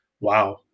wow